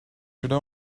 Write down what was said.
should